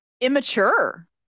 immature